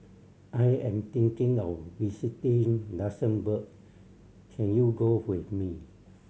I am thinking of visiting Luxembourg can you go with me